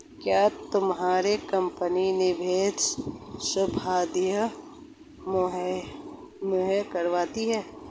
क्या तुम्हारी कंपनी निवेश सुविधायें मुहैया करवाती है?